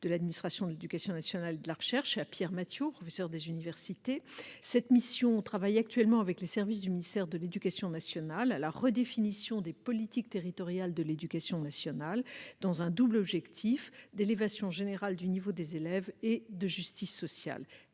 de l'administration de l'éducation nationale et de la recherche, et à Pierre Mathiot, professeur des universités. Cette mission travaille avec les services du ministère à la redéfinition des politiques territoriales de l'éducation nationale dans un double objectif d'élévation générale du niveau des élèves et de justice sociale.